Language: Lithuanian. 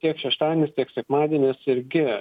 tiek šeštadienis tiek sekmadienis irgi